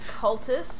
cultist